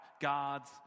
God's